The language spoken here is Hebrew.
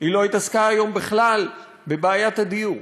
היא לא התעסקה היום בכלל בבעיית הדיור,